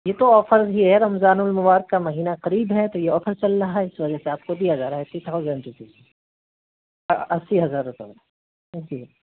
یہ تو آفر ہی ہے رمضان المبارک کا مہیںہ قریب ہے تو یہ آفر چل رہا ہے اس وجہ سے آپ کو دیا جا رہا ہے ایٹّی تھاؤزینڈ روپیز میں اسّی ہزار روپے میں جی